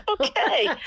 okay